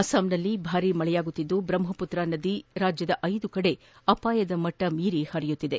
ಅಸ್ಲಾಂನಲ್ಲಿ ಭಾರೀ ಮಳೆಯಿಂದಾಗಿ ಬ್ರಹ್ಲಪುತ್ರಾ ನದಿ ರಾಜ್ಯದ ಐದು ಕಡೆ ಅಪಾಯದ ಮಟ್ಟ ಮೀರಿ ಹರಿಯುತ್ತಿದೆ